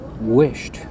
wished